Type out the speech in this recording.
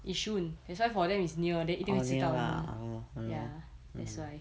yishun that's why for them is near then 一定迟到的吗 ya that's why